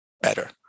better